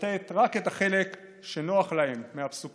לצטט רק את החלק שנוח להם מהפסוקים.